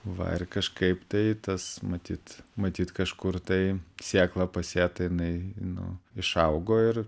va ir kažkaip tai tas matyt matyt kažkur tai sėkla pasėta jinai nu išaugo ir